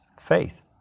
faith